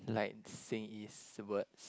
like Xin-Yi's words